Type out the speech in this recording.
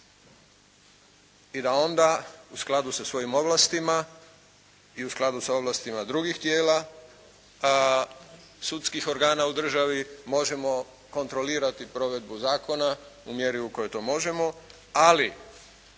i da onda u skladu sa svojim ovlastima i u skladu sa ovlastima drugih tijela, sudskih organa u državi možemo kontrolirati provedbu zakona u mjeri u kojoj to možemo, ali